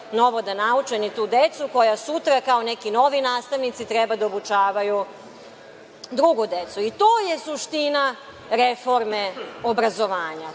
novo da nauče ni tu decu koja sutra kao neki novi nastavnici treba da obučavaju drugu decu. To je suština reforme obrazovanja.